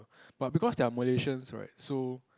but because they are Malaysians right so